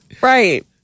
Right